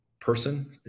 person